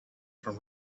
from